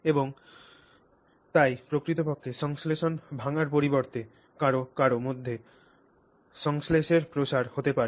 এবং তাই প্রকৃতপক্ষে সংশ্লেষণ ভাঙার পরিবর্তে কারও কারও মধ্যে সংশ্লেষের প্রসার হতে পারে